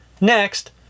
Next